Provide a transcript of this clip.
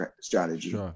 strategy